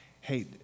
hey